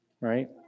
right